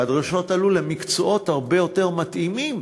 והדרישות עלו למקצועות הרבה יותר מתאימים